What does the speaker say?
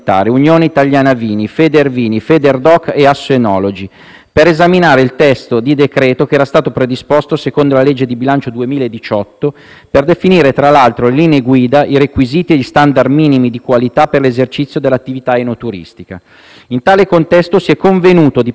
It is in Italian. per esaminare il testo di decreto che era stato predisposto, secondo la legge di bilancio 2018, per definire, tra l'altro, le linee guida, i requisiti e gli *standard* minimi di qualità per l'esercizio dell'attività enoturistica. In tale contesto si è convenuto di pervenire ad una soluzione condivisa per una rapida definizione della questione.